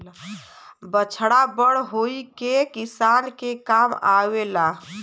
बछड़ा बड़ होई के किसान के काम आवेला